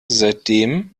seitdem